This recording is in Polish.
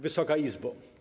Wysoka Izbo!